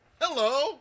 hello